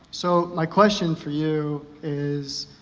so my question for you is,